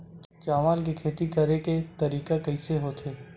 चावल के खेती करेके तरीका कइसे होथे?